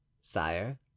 sire